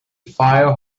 file